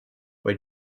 when